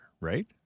right